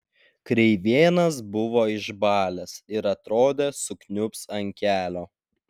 kreivėnas buvo išbalęs ir atrodė sukniubs ant kelio